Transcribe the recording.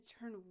turn